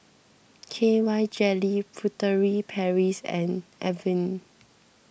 K Y Jelly Furtere Paris and Avene